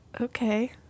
Okay